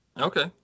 Okay